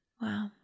Wow